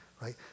right